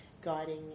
guiding